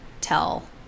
tell